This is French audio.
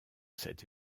cette